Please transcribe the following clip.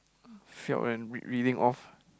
felt then read reading off